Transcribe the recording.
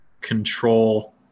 control